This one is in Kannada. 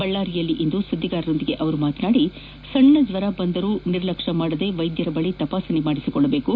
ಬಳ್ಳಾರಿಯಲ್ಲಿಂದು ಸುದ್ದಿಗಾರರೊಂದಿಗೆ ಮಾತನಾಡಿದ ಅವರು ಸಣ್ಣ ಜ್ವರ ಬಂದರೂ ನಿರ್ಲಕ್ಷ ಮಾಡದೇ ವೈದ್ಯರ ಬಳಿ ತಪಾಸಣೆ ಮಾಡಿಸಿಕೊಳ್ಳಬೇಕು